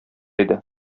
иде